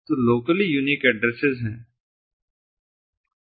तो ये locally unique addresses हैं